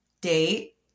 date